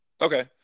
Okay